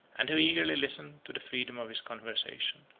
and who eagerly listened to the freedom of his conversation.